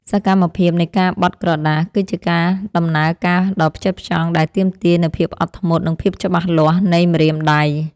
សកម្មភាពនៃការបត់ក្រដាស គឺជាដំណើរការដ៏ផ្ចិតផ្ចង់ដែលទាមទារនូវភាពអត់ធ្មត់ និងភាពច្បាស់លាស់នៃម្រាមដៃ។